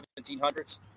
1700s